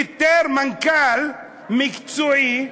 הוא פיטר מנכ"ל מקצועי.